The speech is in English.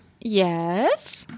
Yes